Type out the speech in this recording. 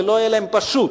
ולא היה להם פשוט,